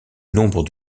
nombre